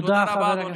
תודה רבה, אדוני.